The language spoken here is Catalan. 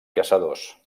caçadors